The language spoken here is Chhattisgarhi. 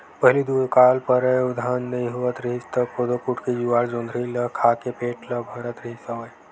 पहिली दुकाल परय अउ धान नइ होवत रिहिस त कोदो, कुटकी, जुवाड़, जोंधरी ल खा के पेट ल भरत रिहिस हवय